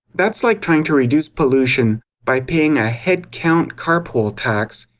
that's like trying to reduce pollution by paying a head-count carpool tax,